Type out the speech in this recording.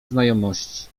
znajomości